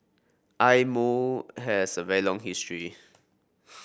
eye Mo has a very long history